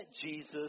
Jesus